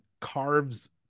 carves